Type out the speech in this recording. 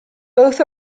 both